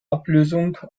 ablösung